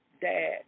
dad